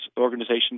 Organization